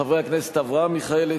חברי הכנסת אברהם מיכאלי,